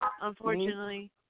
unfortunately